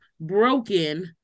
broken